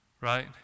Right